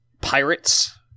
Pirates